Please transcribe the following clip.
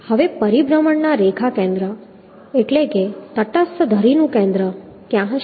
હવે પરિભ્રમણના રેખા કેન્દ્ર એટલે કે તટસ્થ ધરીનું કેન્દ્ર ક્યાં હશે